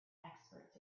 experts